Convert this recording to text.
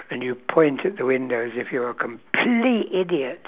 and you point at the windows if you're a complete idiot